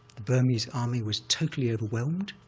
the burmese army was totally overwhelmed.